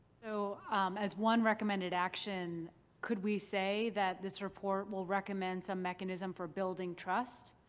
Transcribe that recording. so um as one recommended action could we say that this report will recommend some mechanism for building trust